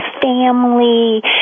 family